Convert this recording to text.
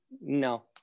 No